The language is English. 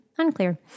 unclear